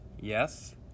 Yes